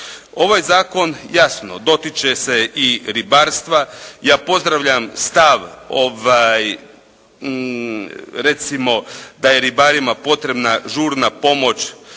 Ovaj zakon jasno dotiče se i ribarstva. Ja pozdravljam stav recimo da je ribarima potrebna žurna pomoć